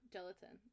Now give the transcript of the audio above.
Gelatin